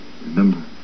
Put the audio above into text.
Remember